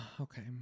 Okay